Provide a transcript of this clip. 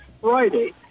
Friday